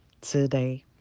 today